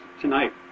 tonight